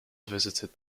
visited